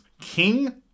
King